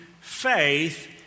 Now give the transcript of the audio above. faith